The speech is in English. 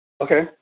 Okay